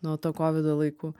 nuo to kovido laikų